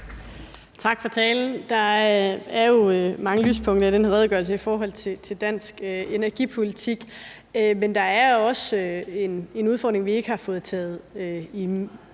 Tak for talen. Der er jo mange lyspunkter i denne redegørelse i forhold til dansk energipolitik, men der er også en udfordring, vi i SF's optik ikke